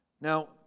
Now